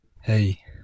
hey